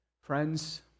Friends